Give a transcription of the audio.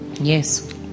yes